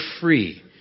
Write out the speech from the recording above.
free